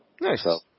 Nice